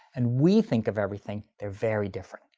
and we think of everything, they're very different.